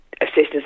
Assistance